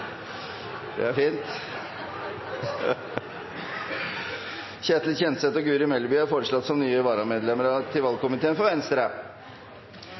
Det er fint. Ketil Kjenseth og Guri Melby er foreslått som nye varamedlemmer til valgkomiteen.